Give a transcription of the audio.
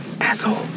asshole